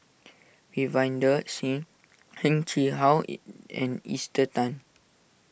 Ravinder Singh Heng Chee How in and Esther Tan